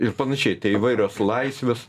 ir panašiai tai įvairios laisvės